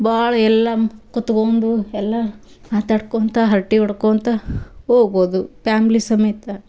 ಭಾಳ ಎಲ್ಲ ಕುತ್ಕೊಂಡು ಎಲ್ಲ ಮಾತಾಡ್ಕೊತ ಹರ್ಟೆ ಹೊಡ್ಕೋತ ಹೋಗ್ಬೋದು ಪ್ಯಾಮ್ಲಿ ಸಮೇತ